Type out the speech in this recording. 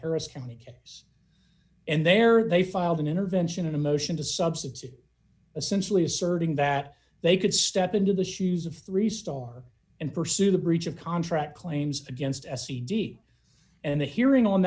harris county case and there they filed an intervention in a motion to substitute a sensibly asserting that they could step into the shoes of three star and pursue the breach of contract claims against s t d and the hearing on